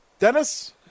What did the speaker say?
Dennis